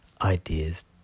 ideas